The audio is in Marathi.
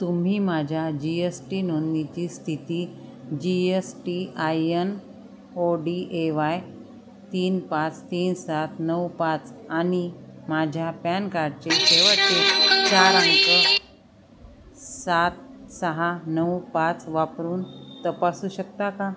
तुम्ही माझ्या जी एस टी नोंदणीची स्थिती G S T I N O D A Y तीन पास तीन सात नऊ पाच आणि माझ्या पॅन कार्डचे शेवटचे चार अंक सात सहा नऊ पाच वापरून तपासू शकता का